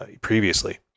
previously